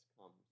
comes